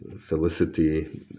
Felicity